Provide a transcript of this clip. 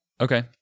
okay